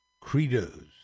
credos